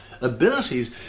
abilities